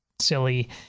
silly